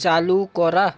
চালু করা